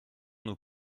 nos